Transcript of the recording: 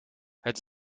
het